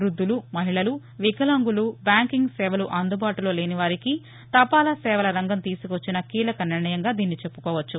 వృద్యలు మహిళలు వికాలాంగులు బ్యాంకింగ్ సేవలు అందుబాటులో లేనివారికి తపాలా సేవల రంగం తీసుకువచ్చిన కీలక నిర్ణయంగా దీన్ని చెప్పుకోవచ్చు